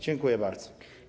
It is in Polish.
Dziękuję bardzo.